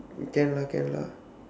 can lah can lah